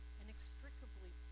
inextricably